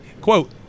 quote